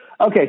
Okay